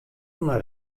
nei